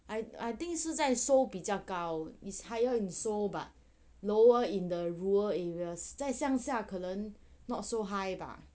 I I think 是在 seoul 比较高 is higher in seoul but lower in the rural areas 在乡下可能 not so high 吧